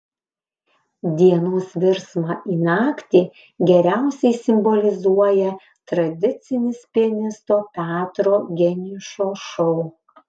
dienos virsmą į naktį geriausiai simbolizuoja tradicinis pianisto petro geniušo šou